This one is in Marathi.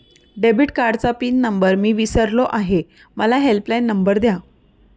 डेबिट कार्डचा पिन नंबर मी विसरलो आहे मला हेल्पलाइन नंबर द्या